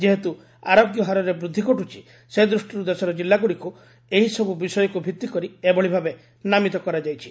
ଯେହେତୁ ଆରୋଗ୍ୟ ହାରରେ ବୃଦ୍ଧି ଘଟୁଛି ସେ ଦୃଷ୍ଟିରୁ ଦେଶର ଜିଲ୍ଲାଗୁଡ଼ିକୁ ଏହିସବୁ ବିଷୟକୁ ଭିତ୍ତି କରି ଏଭଳି ଭାବେ ନାମିତ କରାଯାଇଛି